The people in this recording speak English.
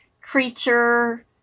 creature